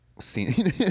Seen